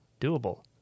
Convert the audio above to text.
doable